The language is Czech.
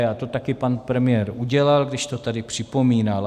A to taky pan premiér udělal, když to tady připomínal.